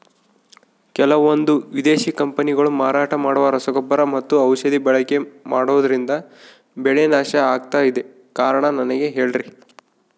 ಕೆಲವಂದು ವಿದೇಶಿ ಕಂಪನಿಗಳು ಮಾರಾಟ ಮಾಡುವ ರಸಗೊಬ್ಬರ ಮತ್ತು ಔಷಧಿ ಬಳಕೆ ಮಾಡೋದ್ರಿಂದ ಬೆಳೆ ನಾಶ ಆಗ್ತಾಇದೆ? ಕಾರಣ ನನಗೆ ಹೇಳ್ರಿ?